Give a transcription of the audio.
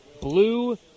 Blue